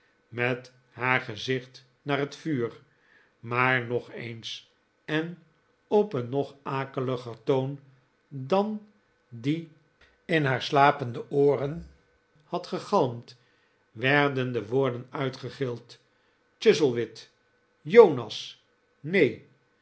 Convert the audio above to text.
met haar gezicht naar het vuur maar nog eens en op een nog akeliger toon dan die in haar slapende ooren had gegalmd werden de woorden uitgegild chuzzlewit jonas neen